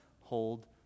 hold